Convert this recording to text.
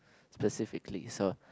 specifically so